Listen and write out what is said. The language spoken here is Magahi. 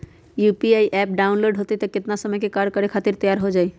यू.पी.आई एप्प डाउनलोड होई त कितना समय मे कार्य करे खातीर तैयार हो जाई?